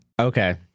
Okay